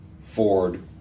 Ford